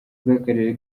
bw’akarere